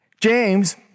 James